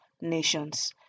nations